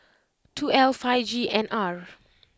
two L five G N R